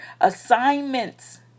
assignments